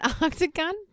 octagon